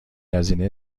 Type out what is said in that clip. هزینه